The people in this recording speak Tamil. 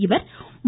இவர் மா